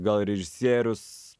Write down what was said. gal režisierius